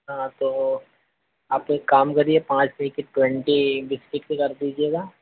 हाँ तो आप एक काम करिए पाँच पैकेट ट्वेंटी बिस्किट के कर दीजिएगा